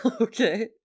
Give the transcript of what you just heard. Okay